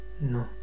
No